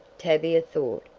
tavia thought.